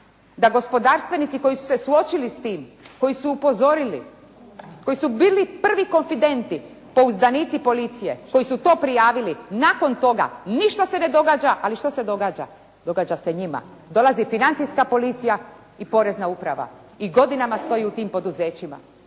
da gospodarstvenici koji su se suočili s tim, koji su upozorili, koji su bili prvo konfidenti, pouzdanici policije koji su to prijavili, nakon toga ništa se ne događa, ali što se događa? Događa se njima, dolazi financijska policija i porezna uprava i godinama stoji u tim poduzećima.